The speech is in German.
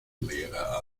lehrer